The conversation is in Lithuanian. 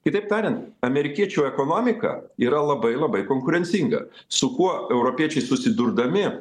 kitaip tariant amerikiečių ekonomika yra labai labai konkurencinga su kuo europiečiai susidurdami